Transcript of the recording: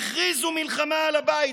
הכריזו מלחמה על הבית.